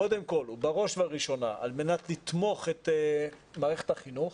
קודם כל ובראש וראשונה על מנת לתמוך את מערכת החינוך.